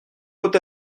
peut